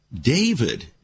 David